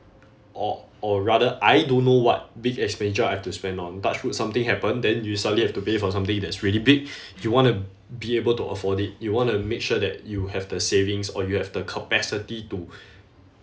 or or rather I don't know what big expenditure I have to spend on touch wood something happened then you suddenly have to pay for something that's really big you want to be able to afford it you want to make sure that you have the savings or you have the capacity to